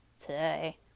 today